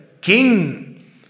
king